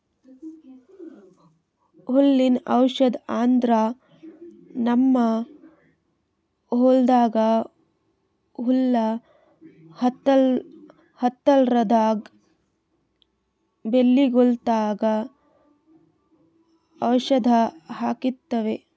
ಹುಲ್ಲಿನ್ ಔಷಧ್ ಅಂದ್ರ ನಮ್ಮ್ ಹೊಲ್ದಾಗ ಹುಲ್ಲ್ ಹತ್ತಲ್ರದಂಗ್ ಬೆಳಿಗೊಳ್ದಾಗ್ ಔಷಧ್ ಹಾಕ್ತಿವಿ